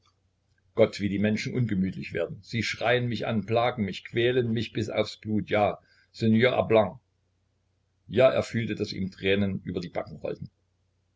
gott wie die menschen ungemütlich werden sie schreien mich an plagen mich quälen mich bis aufs blut ja seigner blanc ja er fühlte daß ihm tränen über die backen rollten